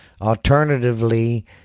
Alternatively